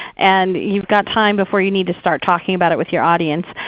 and you've got time before you need to start talking about it with your audience.